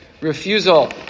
refusal